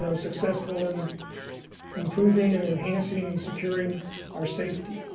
so successful in improving and enhancing and securing our safety.